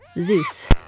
Zeus